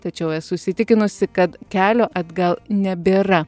tačiau esu įsitikinusi kad kelio atgal nebėra